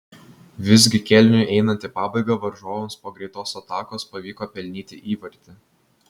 visgi kėliniui einant į pabaigą varžovams po greitos atakos pavyko pelnyti įvartį